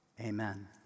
Amen